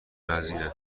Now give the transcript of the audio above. وزینه